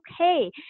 okay